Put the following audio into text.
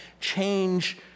change